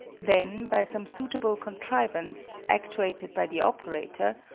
then by some suitable contrivance, actuated by the operator,